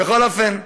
בכל אופן,